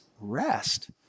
rest